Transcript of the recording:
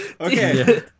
okay